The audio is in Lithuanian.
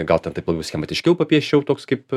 gal ten taip labai schematiškiau papieščiau toks kaip